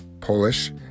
Polish